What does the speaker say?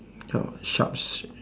no sharps